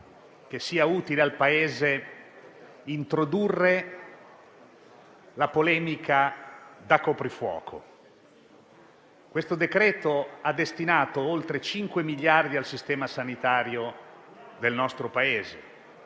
credo sia utile al Paese introdurre la polemica sul coprifuoco. Questo decreto ha destinato oltre 5 miliardi al Sistema sanitario del nostro Paese;